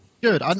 Good